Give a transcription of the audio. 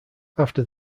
after